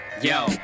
Yo